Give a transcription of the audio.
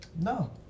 no